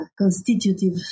constitutive